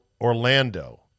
Orlando